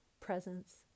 presence